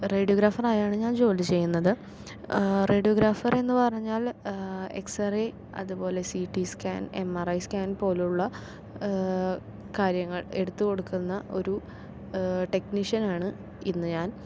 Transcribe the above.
radiographer ആയാണ് ഞാൻ ജോലി ചെയ്യുന്നത് റേഡിയോഗ്രാഫർ എന്നു പറഞ്ഞാൽ എക്സറേ അതുപോലെ C T scan M R I scan പോലുള്ള കാര്യങ്ങൾ എടുത്തു കൊടുക്കുന്ന ഒരു ടെക്നീഷ്യൻ ആണ് ഇന്ന് ഞാൻ